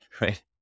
right